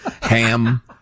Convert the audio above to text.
Ham